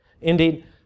Indeed